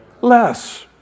Less